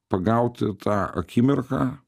pagauti tą akimirką